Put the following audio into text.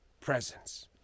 presence